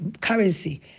currency